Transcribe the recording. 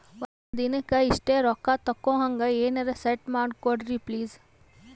ಒಂದಿನಕ್ಕ ಇಷ್ಟೇ ರೊಕ್ಕ ತಕ್ಕೊಹಂಗ ಎನೆರೆ ಸೆಟ್ ಮಾಡಕೋಡ್ರಿ ಪ್ಲೀಜ್?